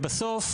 בסוף,